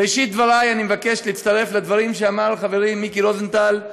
בראשית דברי אני מבקש להצטרף לדברים שאמר חברי מיקי רוזנטל על